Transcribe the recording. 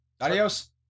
Adios